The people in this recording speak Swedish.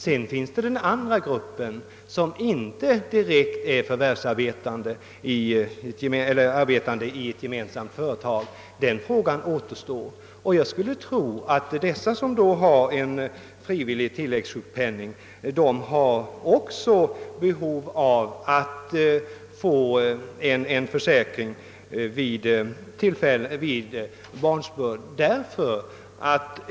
Sedan återstår frågan om den andra gruppen, som inte direkt arbetar i gemensamt företag. Jag skulle tro att de som har frivillig tilläggssjukpenning också har behov av att få en försäkring vid barnsbörd.